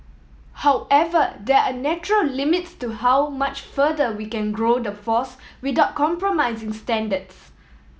however there are natural limits to how much further we can grow the force without compromising standards